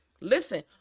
Listen